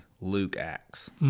Luke-Acts